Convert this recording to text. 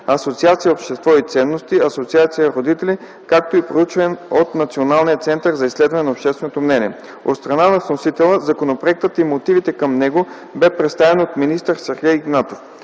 Асоциация „Общество и ценности”, Асоциация „Родители”, както и проучване от Националния център за изследване на общественото мнение. От страна на вносителя законопроектът и мотивите към него бяха представени от министър Сергей Игнатов.